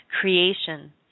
Creation